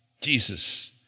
Jesus